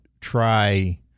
try